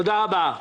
תודה רבה.